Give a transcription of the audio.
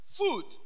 food